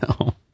No